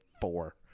four